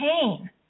pain